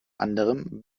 anderem